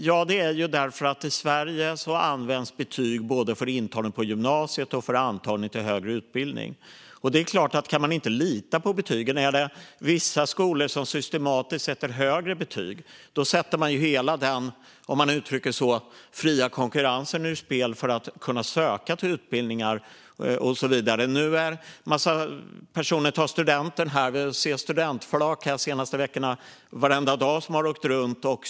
Ja, det är ju därför att i Sverige används betyg både för intagning på gymnasiet och för antagning till högre utbildning. Om vi inte kan lita på betygen, om vissa skolor systematiskt sätter högre betyg, sätts ju hela den fria konkurrensen, om man uttrycker det så, ur spel när det gäller att kunna söka till utbildningar och så vidare. En massa personer tar nu studenten. Vi har varenda dag de senaste veckorna sett studentflak åka runt.